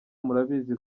murabizi